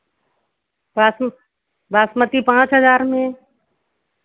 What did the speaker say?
बासमती बासमती पाँच हज़ार में